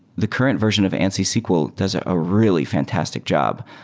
the current version of ansi sql does a ah really fantastic job.